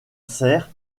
serre